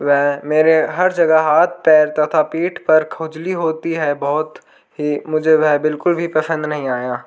व मेरे हर जगह हाथ पैर तथा पीठ पर खुजली होती है बहुत ही मुझे वह बिल्कुल भी पसंद नहीं आया